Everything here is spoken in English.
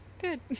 good